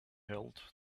held